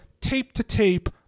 tape-to-tape